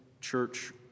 church